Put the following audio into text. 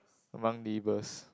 among neighbours